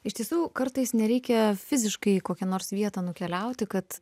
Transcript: iš tiesų kartais nereikia fiziškai į kokią nors vietą nukeliauti kad